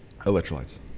Electrolytes